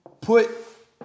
put